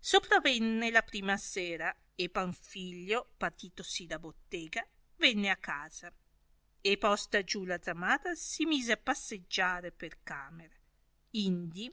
sopravenne la prima sera e panfìlio partitosi da bottega venne a casa e posta giù la zamarra si mise a passeggiare per camera indi